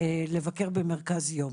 לבקר במרכז יום.